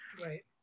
Right